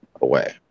away